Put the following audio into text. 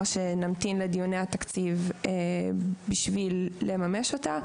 שנמתין לדיוני התקציב בשביל לממש אותה.